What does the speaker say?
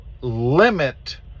limit